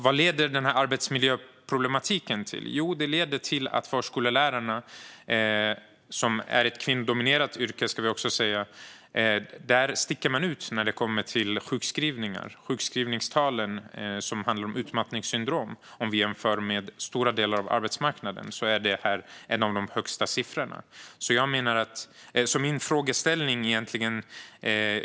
Vad leder den här arbetsmiljöproblematiken till? Jo, den leder till att förskollärarna - som har ett kvinnodominerat yrke - sticker ut när det kommer till sjukskrivningar. Det handlar om utmattningssyndrom. Om vi jämför med stora delar av arbetsmarknaden är det här en av de högsta siffrorna.